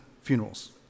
funerals